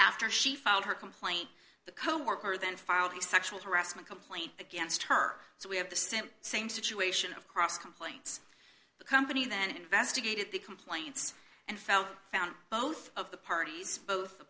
after she filed her complaint the coworker then filed the sexual harassment complaint against her so we have the same same situation of cross complaints the company then investigated the complaints and fellow found both of the parties both the